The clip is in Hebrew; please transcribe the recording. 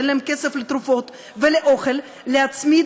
שאין להם כסף לתרופות ולאוכל: להצמיד